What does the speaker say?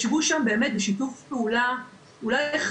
ישבו שם בשיתוף פעולה מרגש,